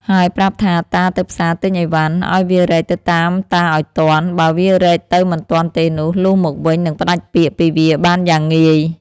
ហើយប្រាប់ថាតាទៅផ្សារទិញអីវ៉ាន់ ឱ្យវារែកទៅតាមតាឲ្យទាន់ បើវារែកទៅមិនទាន់ទេនោះ លុះមកវិញនឹងផ្ដាច់ពាក្យពីវាបានយ៉ាងងាយ